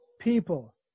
people